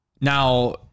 Now